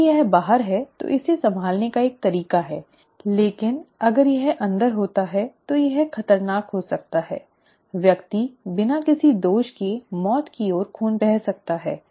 यदि यह बाहर है तो इसे संभालने का एक तरीका है लेकिन अगर यह अंदर होता है तो यह खतरनाक हो सकता है व्यक्ति बिना किसी दोष के मौत की ओर खून बह सकता है